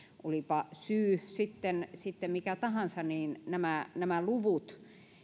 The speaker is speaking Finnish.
olipa syy sitten sitten mikä tahansa niin nämä nämä luvut